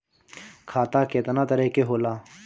खाता केतना तरह के होला?